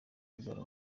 abyara